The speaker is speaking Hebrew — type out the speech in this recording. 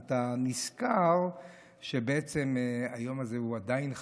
ואתה נזכר שהיום הזה עדיין חשוב.